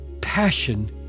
Passion